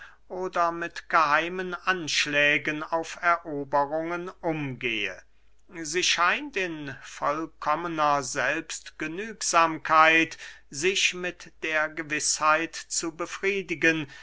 oder mit geheimen anschlägen auf eroberungen umgehe sie scheint in vollkommener selbstgenügsamkeit sich mit der gewißheit zu befriedigen